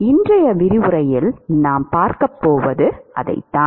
இன்றைய விரிவுரையில் நாம் பார்க்கப் போவது அதைத்தான்